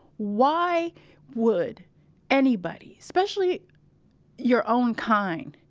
why would anybody especially your own kind,